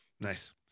nice